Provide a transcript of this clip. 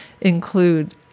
include